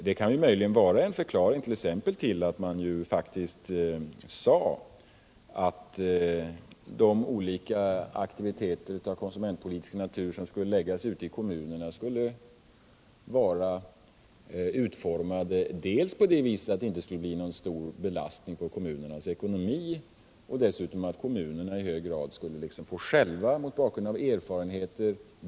Det kan möjligen vara en förklaring till att man exempelvis sade att de olika aktiviteterna av konsumentpolitisk natur som skulle ske ute i kommunerna skulle vara utformade så att de inte innebar någon stor belastning på kommunernas ekonomi och så att kommunerna själva i hög grad skulle få bygga ut verksamheten mot bakgrund av sina erfarenheter.